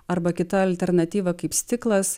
arba kita alternatyva kaip stiklas